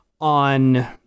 on